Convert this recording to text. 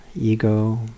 ego